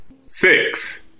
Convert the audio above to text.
six